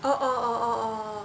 oh oh